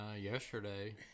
yesterday